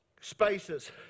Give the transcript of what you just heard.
spaces